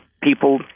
people